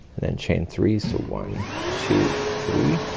then chain three. so one two three.